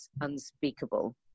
unspeakable